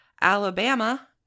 Alabama